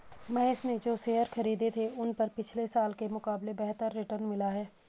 महेश ने जो शेयर खरीदे थे उन पर पिछले साल के मुकाबले बेहतर रिटर्न मिला है